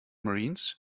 marines